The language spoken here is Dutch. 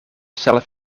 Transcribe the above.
zelf